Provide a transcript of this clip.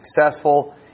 successful